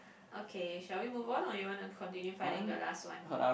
okay shall we move on or you want to continue finding the last one